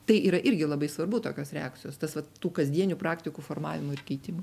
tai yra irgi labai svarbu tokios reakcijos tas vat tų kasdienių praktikų formavimų ir keitimų